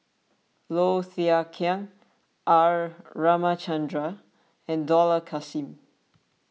Low Thia Khiang R Ramachandran and Dollah Kassim